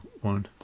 one